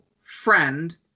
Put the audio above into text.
friend